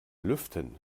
lüften